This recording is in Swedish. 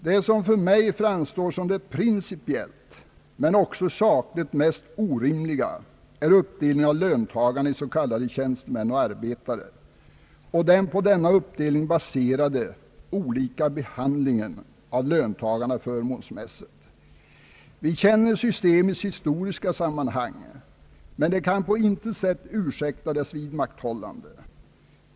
Det som för mig framstår som det principiellt men också sakligt orimliga är uppdelningen av löntagarna i tjänstemän och arbetare och den på denna uppdelning baserade olika behandlingen av löntagarna förmånsmässigt. Vi känner systemets historiska sammanhang, men det kan på intet sätt ursäkta dess vidmakthållande.